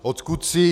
Odkud jsi?